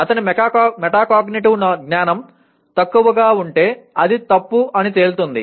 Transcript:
అతని మెటాకాగ్నిటివ్ జ్ఞానం తక్కువగా ఉంటే అది తప్పు అని తేలుతుంది